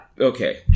Okay